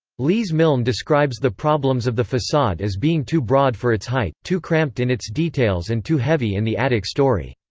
lees-milne describes the problems of the facade as being too broad for its height, too cramped in its details and too heavy in the attic story.